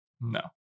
No